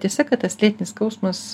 tiesa kad tas lėtinis skausmas